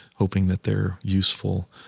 hoping that they're useful.